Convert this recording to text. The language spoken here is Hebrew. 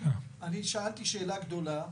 אני שאלתי שאלה גדולה.